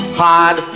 hard